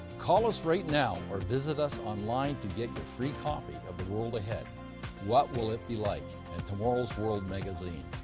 call us right now or visit us online to get your free copy of the world ahead what will it be like? and tomorrow's worldmagazine.